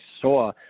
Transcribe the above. saw